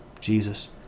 Jesus